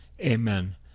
Amen